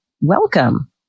Welcome